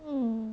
mm